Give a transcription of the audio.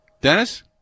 Dennis